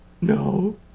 No